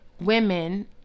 women